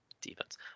defense